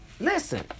Listen